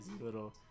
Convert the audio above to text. little